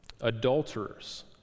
adulterers